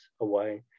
away